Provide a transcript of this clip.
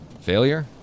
failure